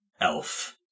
Elf